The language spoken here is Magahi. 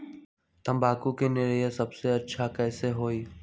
तम्बाकू के निरैया सबसे अच्छा कई से होई?